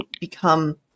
become